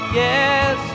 yes